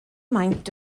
maint